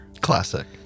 Classic